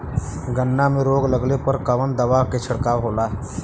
गन्ना में रोग लगले पर कवन दवा के छिड़काव होला?